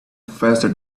faster